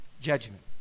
judgment